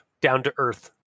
down-to-earth